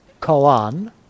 koan